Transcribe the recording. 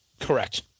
Correct